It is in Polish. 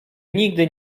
nigdy